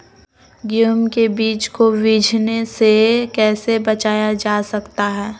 गेंहू के बीज को बिझने से कैसे बचाया जा सकता है?